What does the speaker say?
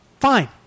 Fine